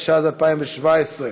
התשע"ז 2017,